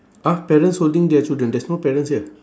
!huh! parents holding their children there's no parents here